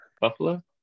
Buffalo